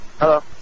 Hello